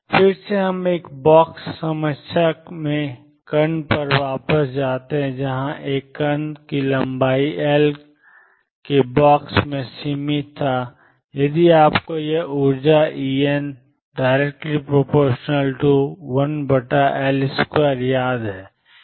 फिर से हम एक बॉक्स समस्या में कण पर वापस जाते हैं जहां एक कण लंबाई L के बॉक्स में सीमित था और यदि आपको यह ऊर्जा En1L2 याद है